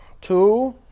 two